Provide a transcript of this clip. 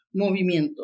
movimiento